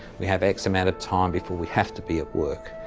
we have x amount of time before we have to be at work.